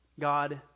God